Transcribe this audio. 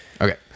Okay